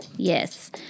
Yes